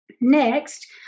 next